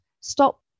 Stop